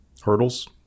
hurdles